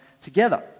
together